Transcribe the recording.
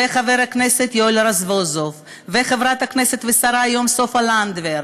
חבר הכנסת יואל רזבוזוב וחברת הכנסת והשרה היום סופה לנדבר,